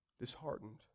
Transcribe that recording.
Disheartened